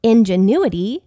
Ingenuity